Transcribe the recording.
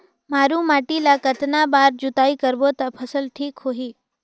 मारू माटी ला कतना बार जुताई करबो ता फसल ठीक होती?